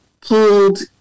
pulled